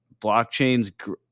blockchains